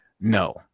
no